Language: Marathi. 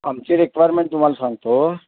आमची रिक्वायरमेंट तुम्हाला सांगतो